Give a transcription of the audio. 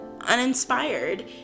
uninspired